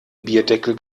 bierdeckel